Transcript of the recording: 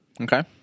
Okay